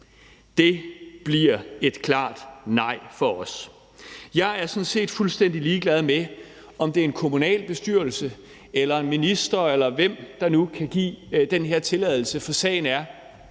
Det bliver et klart nej fra os. Jeg er sådan set fuldstændig ligeglad med, om det er en kommunalbestyrelse eller en minister, eller hvem der nu kan give den her tilladelse, for sagen er,